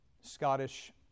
Scottish